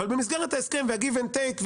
אבל במסגרת ההסכם וה-give and take,